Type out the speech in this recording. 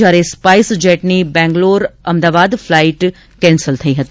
જ્યારે સ્પાઇસ જેટની બેંગલોર અમદાવાદ ફલાઇટ રદ કરાઈ હતી